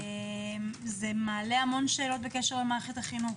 זה מעלה המון שאלות בקשר למערכת החינוך.